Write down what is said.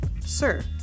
sir